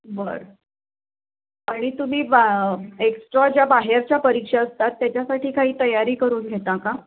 बरं आणि तुम्ही बा एक्स्ट्रा ज्या बाहेरच्या परीक्षा असतात त्याच्यासाठी काही तयारी करून घेता का